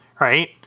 right—